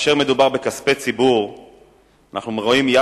אנחנו רואים,